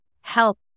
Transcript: help